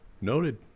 noted